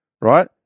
right